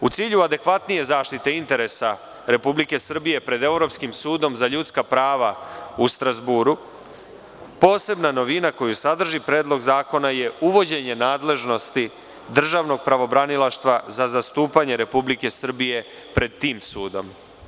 U cilju adekvatnije zaštite interesa Republike Srbije pred Evropskim sudom za ljudska prava u Strazburu, posebna novina koju sadrži Predlog zakona je uvođenje nadležnosti državnog pravobranilaštva za zastupanje Republike Srbije pred tim sudom.